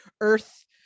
earth